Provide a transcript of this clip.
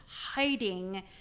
hiding